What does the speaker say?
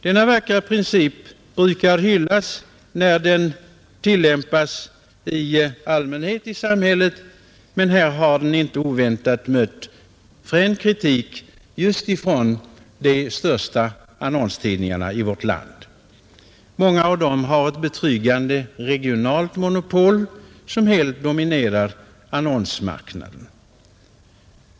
Denna vackra princip brukar hyllas när den annars tillämpas i samhället. Men här har den inte oväntat mött frän kritik just från de största annonstidningarna i vårt land. Många av dem har ett betryggande regionalt monopol och dominerar annonsmarknaden.